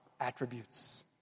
Attributes